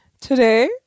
Today